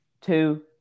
two